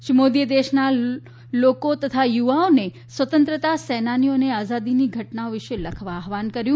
શ્રી મોદીએ દેશના યુવાઓને સ્વતંત્રતા સેનાનીઓ અને આઝાદીની ઘટનાઓ વિશે લખવા આહવાન કર્યું